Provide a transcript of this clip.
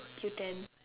Q-ten